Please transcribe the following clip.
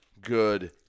good